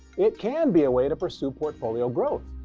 it can be a way to pursue portfolio growth.